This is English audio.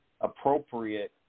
appropriate